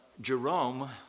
Jerome